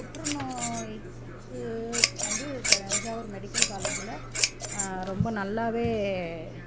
புற்றுநோய்க்கு வந்து தஞ்சாவூர் மெடிக்கல் காலேஜில் ரொம்ப நல்லா